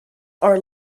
are